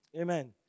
Amen